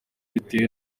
bitewe